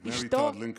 ידידי,